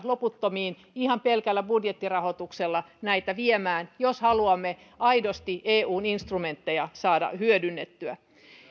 loputtomiin ihan pelkällä budjettirahoituksella näitä viemään jos haluamme aidosti eun instrumentteja saada hyödynnettyä